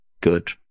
good